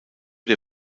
der